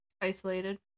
Isolated